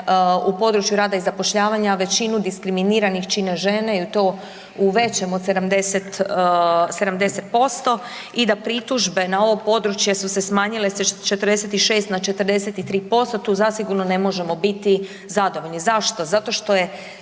u području rada i zapošljavanja većinu diskriminiranih čine žene i to u većem od 70% i da pritužbe na ovo područje su se smanjile sa 46 na 43%, tu zasigurno ne možemo biti zadovoljni. Zašto? Zato što je